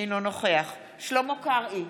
אינו נוכח שלמה קרעי,